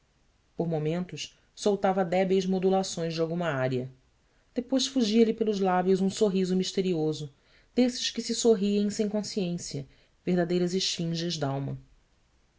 por momentos soltava débeis modulações de alguma ária depois fugia-lhe pelos lábios um sorriso misterioso desses que se sorriem sem consciência verdadeiras esfinges d'alma